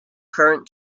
current